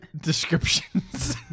descriptions